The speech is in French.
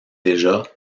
déjà